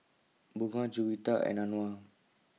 Bunga Juwita and Anuar